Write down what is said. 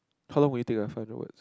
how long will it take ah final words